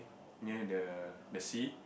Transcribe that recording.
near the the sea